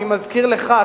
אני מזכיר לך,